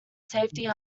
safety